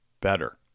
better